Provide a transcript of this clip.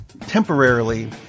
temporarily